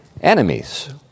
Enemies